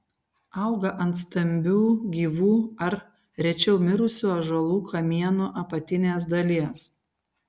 auga ant stambių gyvų ar rečiau mirusių ąžuolų kamienų apatinės dalies